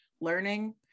learning